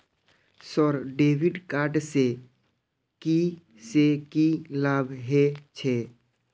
Sir debit card से की से की लाभ हे छे?